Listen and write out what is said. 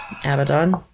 Abaddon